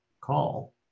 call